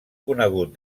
conegut